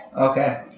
Okay